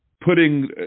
putting